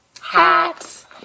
hats